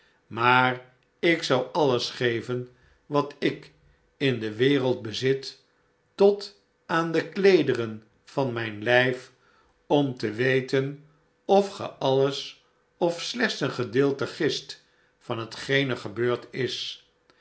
maar ik zou alles geven wat ik in de wereld bezit tot aan de kleederen van mijn lijf om te weten of ge alles of slechts een gedeelte gist van hetgeen er gebeurd is